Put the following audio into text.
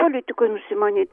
politikoj nusimanyt